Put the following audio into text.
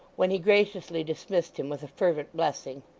when he graciously dismissed him with a fervent blessing.